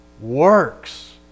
works